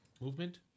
Movement